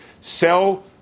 sell